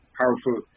powerful